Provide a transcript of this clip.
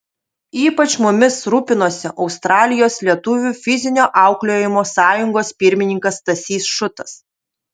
ypač mumis rūpinosi australijos lietuvių fizinio auklėjimo sąjungos pirmininkas stasys šutas